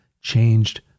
changed